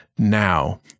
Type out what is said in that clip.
Now